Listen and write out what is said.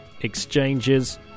exchanges